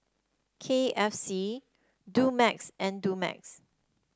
K F C Dumex and Dumex